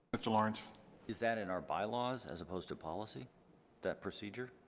mr. lawrence is that in our bylaws as opposed to policy that procedure?